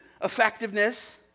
effectiveness